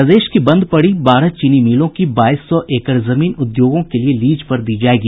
प्रदेश की बंद पड़ी बारह चीनी मिलों की बाईस सौ एकड़ जमीन उद्योगों के लिए लीज पर दी जायेगी